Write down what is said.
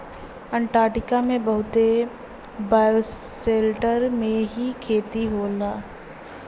Antarctica में bioshelter में ही खेती होला